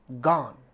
Gone